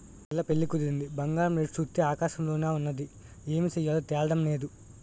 పిల్ల పెళ్లి కుదిరింది బంగారం రేటు సూత్తే ఆకాశంలోన ఉన్నాది ఏమి సెయ్యాలో తెల్డం నేదు